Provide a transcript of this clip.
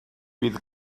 bydd